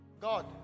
God